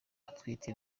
atwite